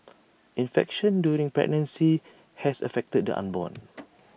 infection during pregnancy has affected the unborn